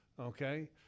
okay